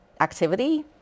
activity